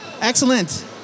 Excellent